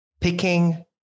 picking